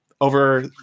over